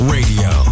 Radio